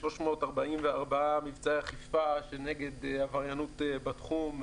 344 מבצעי אכיפה נגד עבריינות בתחום,